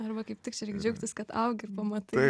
arba kaip tik čia reik džiaugtis kad augi ir pamatai